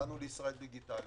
באנו לישראל דיגיטלית,